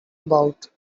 about